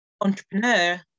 entrepreneur